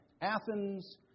Athens